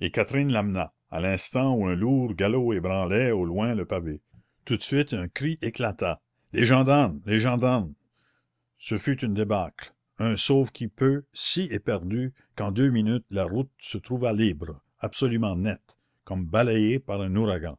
et catherine l'emmena à l'instant où un lourd galop ébranlait au loin le pavé tout de suite un cri éclata les gendarmes les gendarmes ce fut une débâcle un sauve-qui-peut si éperdu qu'en deux minutes la route se trouva libre absolument nette comme balayée par un ouragan